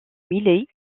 milet